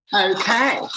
okay